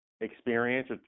experience